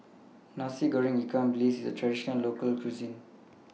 Nasi Goreng Ikan Bilis IS A Traditional Local Cuisine